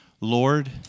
Lord